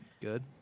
Good